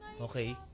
Okay